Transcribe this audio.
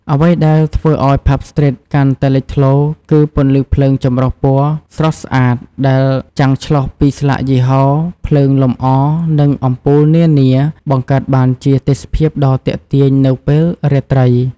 អ្វីដែលធ្វើឲ្យ ផាប់ ស្ទ្រីត កាន់តែលេចធ្លោ គឺ ពន្លឺភ្លើងចម្រុះពណ៌ស្រស់ស្អាត ដែលចាំងឆ្លុះពីស្លាកយីហោ ភ្លើងលម្អ និងអំពូលនានា បង្កើតបានជាទេសភាពដ៏ទាក់ទាញនៅពេលរាត្រី។